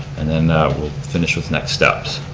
and then we'll finish with next steps.